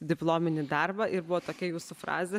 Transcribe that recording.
diplominį darbą ir buvo tokia jūsų frazė